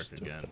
again